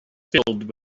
filled